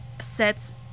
sets